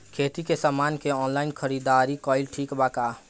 खेती के समान के ऑनलाइन खरीदारी कइल ठीक बा का?